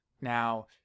now